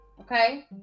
Okay